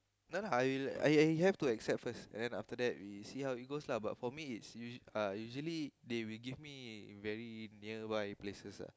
not not I I have to accept first and then after that we see how it goes but for me is usually is usually they will give me very nearby places ah